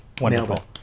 Wonderful